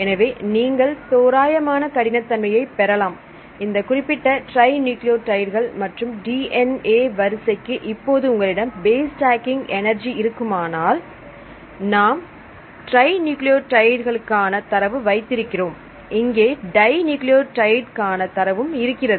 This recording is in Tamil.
எனவே நீங்கள் தோராயமான கடினத்தன்மையை பெறலாம் இந்தக் குறிப்பிட்ட ட்ரை நியூக்ளியோடைடுகள் மற்றும் DNA வரிசைக்கு இப்போது உங்களிடம் பேஸ் ஸ்டாக்கிங் எனர்ஜி இருக்குமானால் நாம் ட்ரை நியூக்ளியோடைடுகள்காண தரவு வைத்திருக்கிறோம் இங்கே டை நியூக்ளியோடைடுகாண தரவும் இருக்கிறது